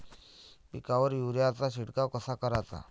पिकावर युरीया चा शिडकाव कसा कराचा?